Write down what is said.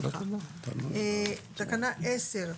תקנה 10,